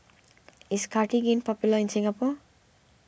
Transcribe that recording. is Cartigain popular in Singapore